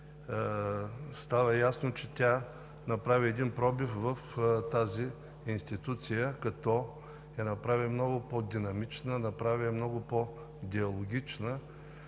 става ясно, че тя направи пробив в тази институция, като я направи много по-динамична, много по-диалогична